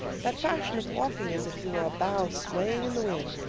that fashion of walking as if you were a bough swaying in the wind.